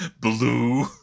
blue